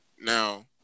Now